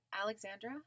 Alexandra